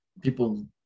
people